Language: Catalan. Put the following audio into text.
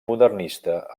modernista